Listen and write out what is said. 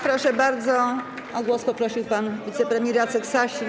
Proszę bardzo, o głos poprosił pan wicepremier Jacek Sasin.